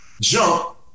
jump